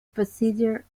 procedure